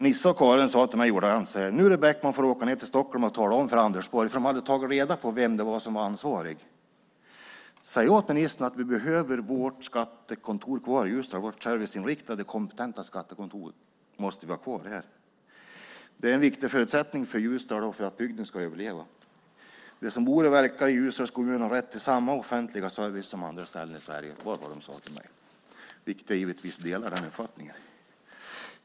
Nisse och Karin sade ordagrant till mig: Nu, du Bäckman, får du åka ned till Stockholm och tala om för Anders Borg - de hade tagit reda på vem som är ansvarig för de här frågorna - säga till ministern, att vi behöver ha kvar vårt skattekontor här i Ljusdal. Vårt serviceinriktade och kompetenta skattekontor måste vi ha kvar här. Det är en viktig förutsättning för Ljusdal och för att bygden ska överleva. De som bor och verkar i Ljusdals kommun har rätt till samma offentliga service som man har på andra ställen i Sverige. Det sade Nisse och Karin till mig. Givetvis delar jag den uppfattningen.